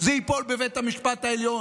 זה ייפול בבית המשפט העליון,